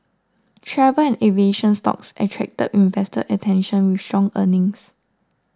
travel and aviation stocks attracted investor attention with strong earnings